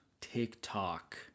TikTok